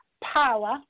power